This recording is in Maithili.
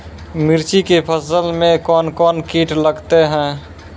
मिर्ची के फसल मे कौन कौन कीट लगते हैं?